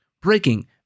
Breaking